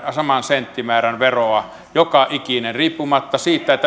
saman senttimäärän veroa joka ikinen riippumatta siitä